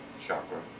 chakra